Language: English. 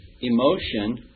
emotion